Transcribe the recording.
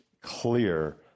clear